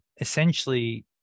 essentially